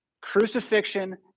Crucifixion